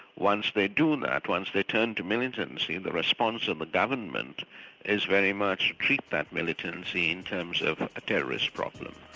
once they do that, once they turn to militancy, and the response of a government is very much treat that militancy in terms of a terrorist problem,